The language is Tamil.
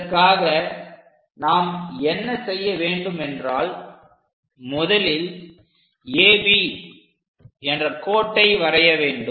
இதற்காக நாம் என்ன செய்ய வேண்டும் என்றால் முதலில் AB என்ற கோட்டை வரைய வேண்டும்